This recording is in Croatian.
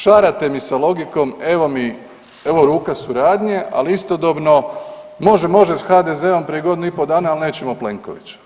Šarate mi se logikom evo mi, evo ruka suradnja, ali istodobno može, može s HDZ-om prije godinu i pol dana ali nećemo Plenkovića.